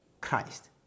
Christ